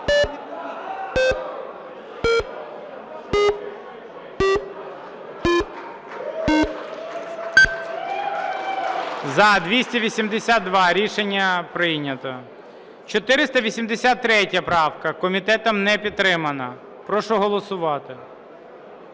За-282 Рішення прийнято. 483 правка. Комітетом не підтримана. Прошу голосувати.